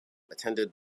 attended